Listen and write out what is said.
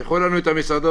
תפתחו לנו את המסעדות